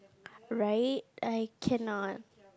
right I cannot